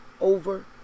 over